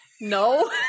no